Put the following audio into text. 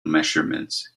measurements